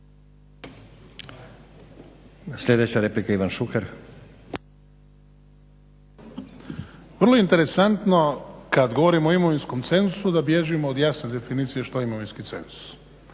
**Šuker, Ivan (HDZ)** Vrlo interesantno kad govorimo o imovinskom cenzusu da bježimo od jasne definicije što je imovinski cenzus.